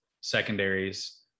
secondaries